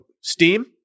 STEAM